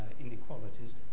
inequalities